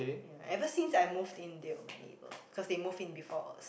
ye ever since I moved in they were my neighbour because they moved in before us